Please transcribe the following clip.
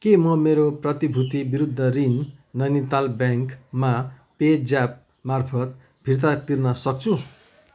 के म मेरो प्रतिभूति विरुद्ध ऋण नैनिताल ब्याङ्कमा पेज्यापमार्फत् फिर्ता तिर्न सक्छु